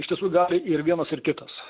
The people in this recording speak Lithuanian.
iš tiesų gali ir vienas ir kitas